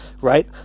right